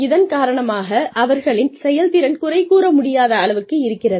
இதன் காரணமாக அவர்களின் செயல்திறன் குறை கூற முடியாத அளவுக்கு இருக்கிறது